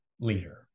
leader